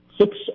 Six